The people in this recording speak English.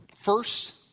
First